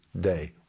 day